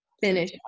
finish